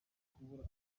kubura